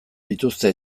dituzte